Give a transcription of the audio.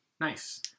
Nice